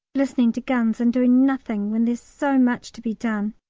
listening to guns, and doing nothing when there's so much to be done.